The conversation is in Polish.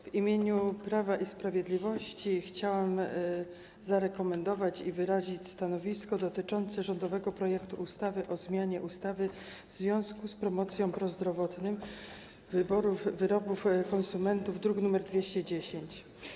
W imieniu Prawa i Sprawiedliwości chciałam zarekomendować, przedstawić stanowisko dotyczące rządowego projektu ustawy o zmianie niektórych ustaw w związku z promocją prozdrowotnych wyborów konsumentów, druk nr 210.